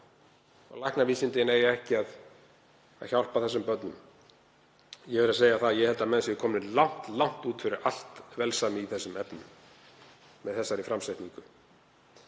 Læknavísindin eiga ekki að hjálpa þessum börnum. Ég verð að segja að ég held að menn séu komnir langt út fyrir allt velsæmi í þeim efnum með þessari framsetningu